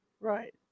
Right